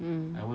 mmhmm